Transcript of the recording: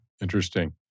Interesting